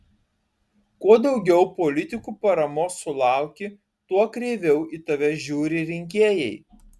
kuo daugiau politikų paramos sulauki tuo kreiviau į tave žiūri rinkėjai